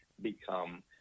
become